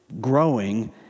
growing